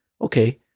okay